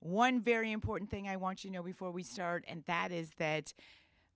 one very important thing i want you know before we start and that is that